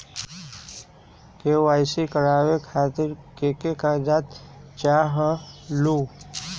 KYC करवे खातीर के के कागजात चाहलु?